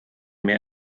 mehr